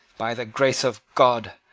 by the grace of god,